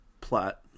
plot